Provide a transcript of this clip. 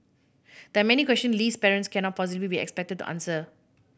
there are many questions Lee's parents cannot possibly be expected to answer